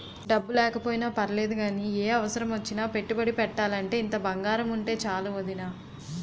డబ్బు లేకపోయినా పర్లేదు గానీ, ఏ అవసరమొచ్చినా పెట్టుబడి పెట్టాలంటే ఇంత బంగారముంటే చాలు వొదినా